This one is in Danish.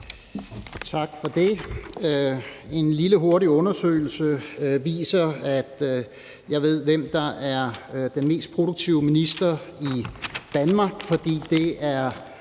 Tak for det. En lille hurtig undersøgelse viser, at jeg ved, hvem der er den mest produktive minister i Danmark, fordi det er